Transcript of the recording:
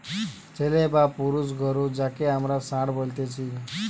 ছেলে বা পুরুষ গরু যাঁকে আমরা ষাঁড় বলতেছি